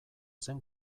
zen